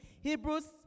Hebrews